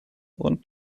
und